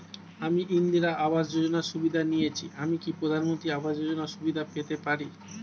আমি ইন্দিরা আবাস যোজনার সুবিধা নেয়েছি আমি কি প্রধানমন্ত্রী আবাস যোজনা সুবিধা পেতে পারি?